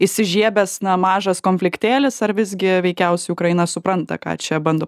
įsižiebęs na mažas konfliktėlis ar visgi veikiausiai ukraina supranta ką čia bando